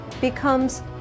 becomes